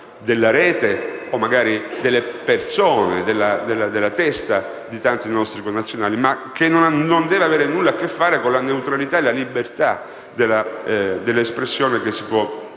della rete o delle persone, della testa di tanti nostri connazionali, che non deve avere nulla a che fare con la neutralità e la libertà di pensiero e di